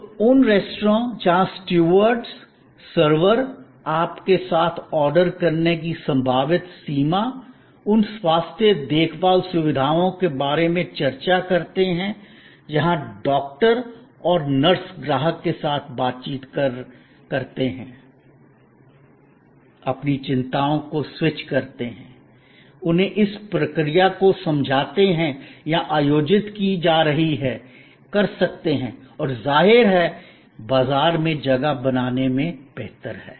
तो उन रेस्तरां जहां स्टूवर्स सर्वर आपके साथ ऑर्डर करने की संभावित सीमा उन स्वास्थ्य देखभाल सुविधाओं के बारे में चर्चा करते हैं जहां डॉक्टर और नर्स ग्राहक के साथ बातचीत करते हैं अपनी चिंताओं को स्विच करते हैं उन्हें उस प्रक्रिया को समझाते हैं जो आयोजित की जा रही हैं कर सकते हैं जाहिर है बाजार में जगह बनाने में बेहतर है